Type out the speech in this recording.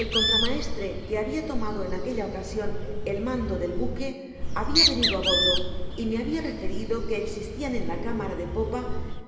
el contramaestre que ba bia tomado en aquella ocasion el mando del buque habia venido á bordo y me habia referido que existian en la cámara de popa